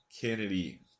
Kennedy